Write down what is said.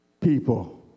people